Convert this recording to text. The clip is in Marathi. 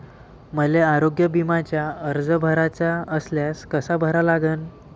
मले आरोग्य बिम्याचा अर्ज भराचा असल्यास कसा भरा लागन?